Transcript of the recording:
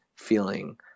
feeling